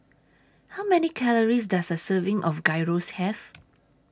How Many Calories Does A Serving of Gyros Have